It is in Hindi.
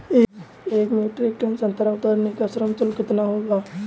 एक मीट्रिक टन संतरा उतारने का श्रम शुल्क कितना होगा?